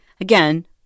again